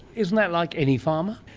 isn't that like any farmer?